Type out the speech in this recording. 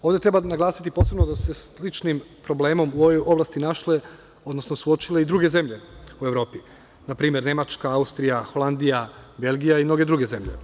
Ovde treba naglasiti posebno da su se sličnim problemom u ovoj oblasti našle, odnosno suočile i druge zemlje u Evropi, npr. Nemačka, Austrija, Holandija, Belgija i mnoge druge zemlje.